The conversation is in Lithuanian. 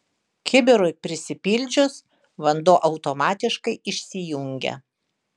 kibirui prisipildžius vanduo automatiškai išsijungia